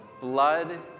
blood